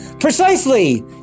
Precisely